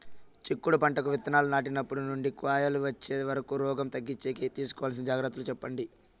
చిక్కుడు పంటకు విత్తనాలు నాటినప్పటి నుండి కాయలు వచ్చే వరకు రోగం తగ్గించేకి తీసుకోవాల్సిన జాగ్రత్తలు చెప్పండి?